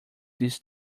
this